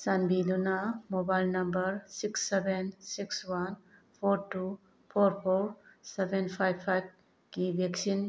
ꯆꯥꯟꯕꯤꯗꯨꯅ mobile number six seven six one four two four four seven five ꯐꯥꯏꯚꯀꯤ vaccine